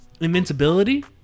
invincibility